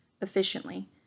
efficiently